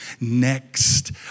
next